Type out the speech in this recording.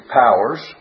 powers